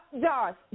Josh